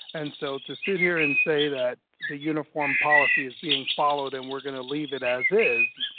and so to sit here and say that the uniform policy is being followed and we're gonna leave it as is,